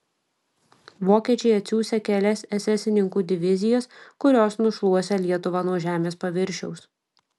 vokiečiai atsiųsią kelias esesininkų divizijas kurios nušluosią lietuvą nuo žemės paviršiaus